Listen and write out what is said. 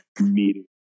meeting